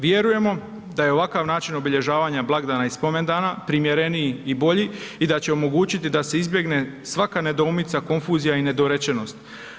Vjerujemo da je ovakav način obilježavanja blagdana i spomendana primjereniji i bolji i da će omogućiti da se izbjegne svaka nedoumica, konfuzija i nedorečenost.